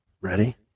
ready